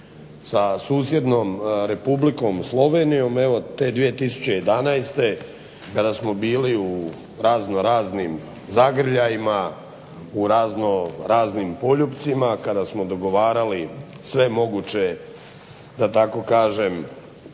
sa susjednom Republikom Slovenijom evo te 2011. Kada smo bili u razno raznim zagrljajima, u razno raznim poljupcima, kada smo dogovarali sve moguće da tako kažem